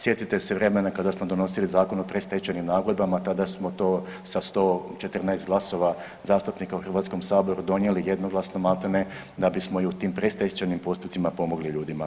Sjetite se vremena kada smo donosili Zakon o predstečajnim nagodbama tada smo to sa 114 glasova zastupnika u Hrvatskom saboru donijeli jednoglasno maltene da bismo i u tim predstečajnim postupcima pomogli ljudima.